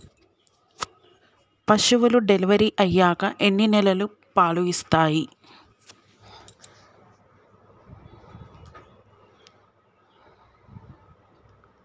పశువులు డెలివరీ అయ్యాక ఎన్ని నెలల వరకు పాలు ఇస్తాయి?